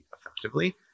effectively